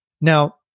Now